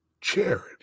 charity